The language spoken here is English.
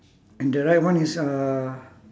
and the right one is uh